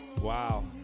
Wow